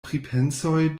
pripensoj